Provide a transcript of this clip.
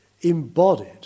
embodied